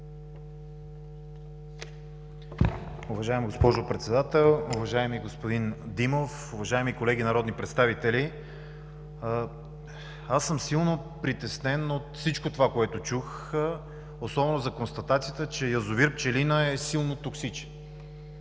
Уважаема госпожо Председател, уважаеми господин Димов, уважаеми колеги народни представители! Аз съм силно притеснен от всичко това, което чух, особено за констатацията, че язовир „Пчелина“ е силно токсичен.